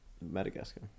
Madagascar